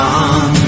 on